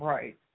Right